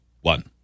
one